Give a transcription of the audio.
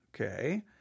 Okay